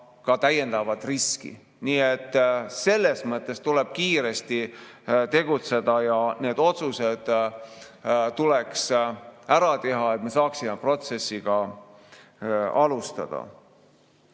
ka täiendavat riski. Selles mõttes tuleks kiiresti tegutseda ja need otsused tuleks ära teha, et me saaksime protsessiga alustada. Ma